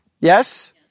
Yes